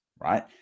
right